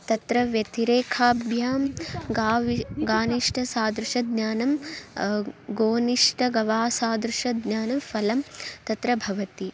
तत्र व्यतिरेखाभ्यां गावः वा गोनिष्ठसदृशज्ञानं गोनिष्ठगवासदृशज्ञानफ़लं तत्र भवति